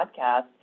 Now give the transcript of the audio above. Podcast